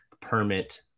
permit